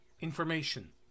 information